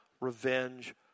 revenge